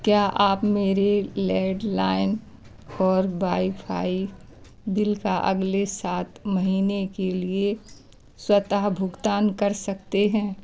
क्या आप मेरे लैंडलाइन और बाईफ़ाई बिल का अगले सात महीने के लिए स्वतः भुगतान कर सकते हैं